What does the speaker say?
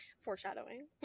foreshadowing